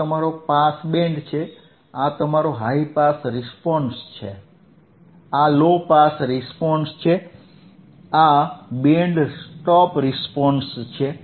આ તમારો pass band છે આ તમારો હાઇ પાસ રિસ્પોન્સ છે આ લો પાસ રિસ્પોન્સ છે આ બેન્ડ સ્ટોપ રિસ્પોન્સ છે